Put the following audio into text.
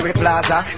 plaza